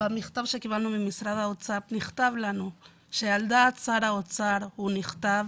במכתב שקיבלנו ממשרד האוצר נכתב לנו שעל דעת שר האוצר הוא נכתב,